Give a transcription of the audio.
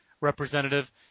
representative